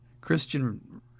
Christian